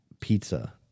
pizza